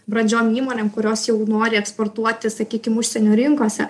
brandžiom įmonėm kurios jau nori eksportuoti sakykim užsienio rinkose